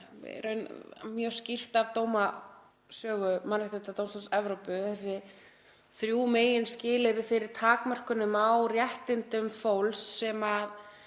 mjög skýrt af dómasögu Mannréttindadómstóls Evrópu, þessi þrjú meginskilyrði fyrir takmörkunum á réttindum fólks sem